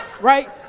right